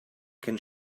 cyn